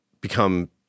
become